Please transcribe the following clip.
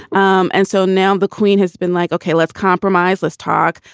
um and so now the queen has been like, okay, let's compromise. let's talk.